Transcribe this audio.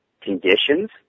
conditions